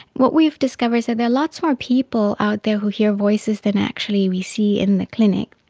what we've discovered is that there are lots more people out there who hear voices than actually we see in the clinic.